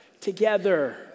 Together